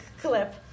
clip